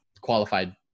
qualified